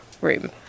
room